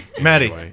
Maddie